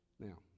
Now